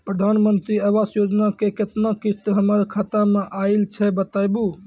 प्रधानमंत्री मंत्री आवास योजना के केतना किस्त हमर खाता मे आयल छै बताबू?